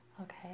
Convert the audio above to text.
Okay